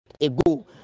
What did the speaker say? ago